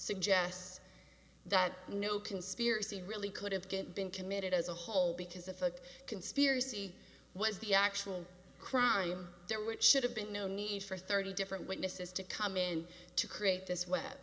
suggests that no conspiracy really could have good been committed as a whole because if a conspiracy was the actual crime there which should have been no need for thirty different witnesses to come in to create this web